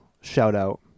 shout-out